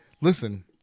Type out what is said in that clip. Listen